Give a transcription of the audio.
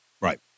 right